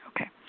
Okay